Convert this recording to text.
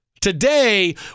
Today